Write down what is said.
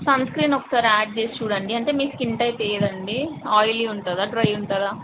sun screen ఒకసారి add చేసి చూడండి అంటే మీ స్కిన్ టైప్ ఏదండి ఆయిలీ ఉంటుందా డ్రై ఉంటుందా